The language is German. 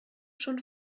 schon